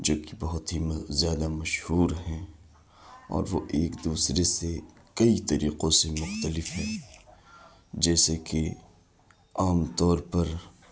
جو کہ بہت ہی زیادہ مشہور ہیں اور وہ ایک دوسرے سے کئی طریقوں سے مختلف ہیں جیسے کہ عام طور پر